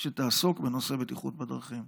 שתעסוק בנושא בטיחות בדרכים.